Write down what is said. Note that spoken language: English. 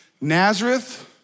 Nazareth